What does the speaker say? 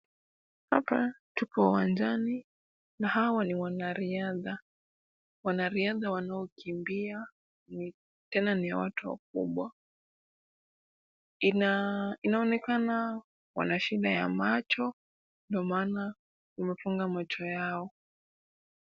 Hapa tupo uwanjani na hawa ni wanariadha. Wanariadha wanaokimbia tena ni ya watu wakubwa. Inaonekana wana shida ya macho ndio maana wamefunga macho yao.